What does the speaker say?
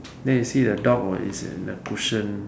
then you see the dog were is in the cushion